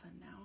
now